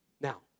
Now